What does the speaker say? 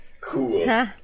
cool